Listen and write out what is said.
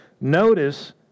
Notice